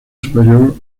superior